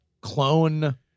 clone